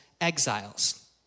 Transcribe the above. exiles